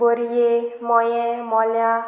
बोरये मयें मोल्यां